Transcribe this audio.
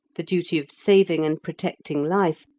the duty of saving and protecting life,